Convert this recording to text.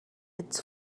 its